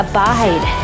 Abide